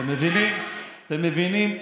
אתם מבינים?